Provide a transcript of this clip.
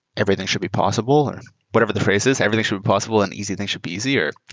everything should be possible, whatever the phrase is. everything should be possible and easy things should be easier.